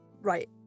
right